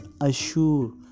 assure